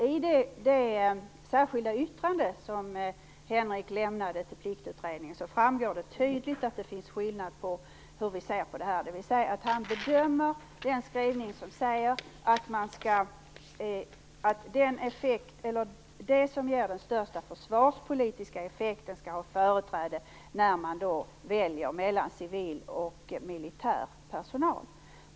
I det särskilda yttrande som Henrik Landerholm lämnade till Pliktutredningen framgår det nämligen tydligt att det finns skillnad i fråga om hur vi ser på detta, dvs. att han bedömer den skrivning där det sägs att det som ger den största försvarspolitiska effekten skall ha företräde när man väljer mellan civil och militär personal.